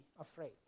afraid